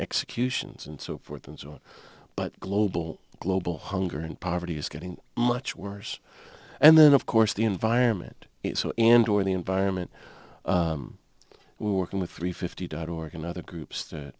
executions and so forth and so on but global global hunger and poverty is getting much worse and then of course the environment and or the environment working with three fifty dot org and other groups that